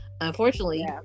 unfortunately